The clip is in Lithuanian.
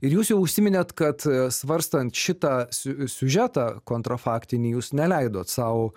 ir jūs jau užsiminėt kad svarstant šitą siužetą kontra faktinį jūs neleidot sau